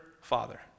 Father